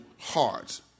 hearts